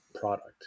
product